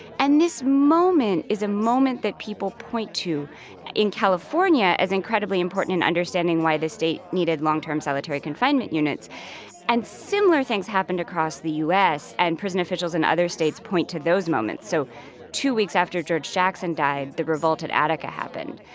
and this moment is a moment that people point to in california as incredibly important in understanding why the state needed long-term solitary confinement units and similar things happened across the u s. and prison officials in other states point to those moments. so two weeks after george jackson died, the revolt at attica happened.